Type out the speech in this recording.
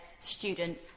student